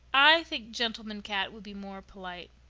i think gentleman cat would be more polite,